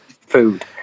food